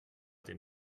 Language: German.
den